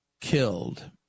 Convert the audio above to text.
killed